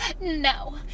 No